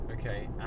Okay